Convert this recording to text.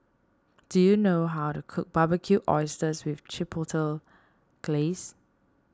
do you know how to cook Barbecued Oysters with Chipotle Glaze